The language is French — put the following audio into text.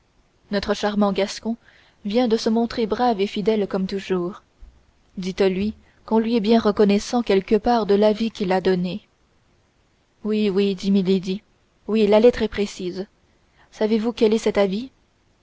notre charmant gascon vient de se montrer brave et fidèle comme toujours dites-lui qu'on lui est bien reconnaissant quelque part de l'avis qu'il a donné oui oui dit milady oui la lettre est précise savez-vous quel est cet avis